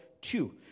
two